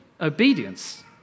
obedience